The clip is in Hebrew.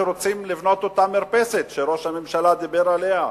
שרוצים לבנות אותה מרפסת שראש הממשלה דיבר עליה,